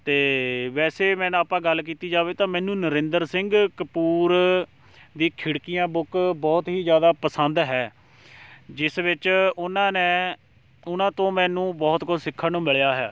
ਅਤੇ ਵੈਸੇ ਮੈਨ ਆਪਾਂ ਗੱਲ ਕੀਤੀ ਜਾਵੇ ਤਾਂ ਮੈਨੂੰ ਨਰਿੰਦਰ ਸਿੰਘ ਕਪੂਰ ਦੀ ਖਿੜਕੀਆਂ ਬੁੱਕ ਬਹੁਤ ਹੀ ਜ਼ਿਆਦਾ ਪਸੰਦ ਹੈ ਜਿਸ ਵਿੱਚ ਉਹਨਾਂ ਨੇ ਉਹਨਾਂ ਤੋਂ ਮੈਨੂੰ ਬਹੁਤ ਕੁਛ ਸਿੱਖਣ ਨੂੰ ਮਿਲਿਆ ਹੈ